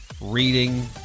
reading